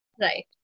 Right